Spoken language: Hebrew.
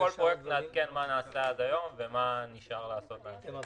בכל פרויקט נעדכן מה נעשה עד היום ומה נשאר לעשות בהמשך.